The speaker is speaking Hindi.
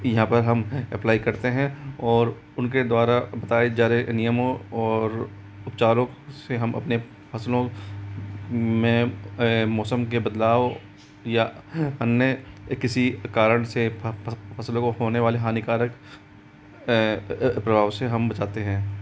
यहाँ पर हम अप्लाई करते हैं और उन के द्वारा बताई जा रहे नियमों और उपचारों से हम अपने फ़सलों में मौसम के बदलाव या अन्य किसी कारण से फ़सलों को होने वाले हानिकारक प्रभाव से हम बचाते हैं